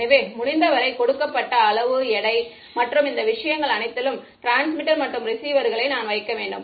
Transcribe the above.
எனவே முடிந்த வரை கொடுக்கப்பட்ட அளவு எடை size weight மற்றும் இந்த விஷயங்கள் அனைத்திலும் டிரான்ஸ்மிட்டர் மற்றும் ரிசீவர்களை நான் வைக்க வேண்டும்